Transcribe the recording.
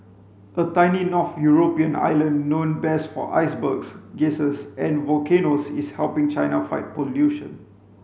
a tiny north European island known best for icebergs geysers and volcanoes is helping China fight pollution